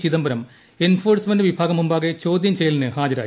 Chidambaram enforcement വിഭാഗം മുമ്പാകെ ചോദൃം ചെയ്യലിന് ഹാജരായി